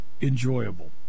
Enjoyable